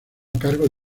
cargo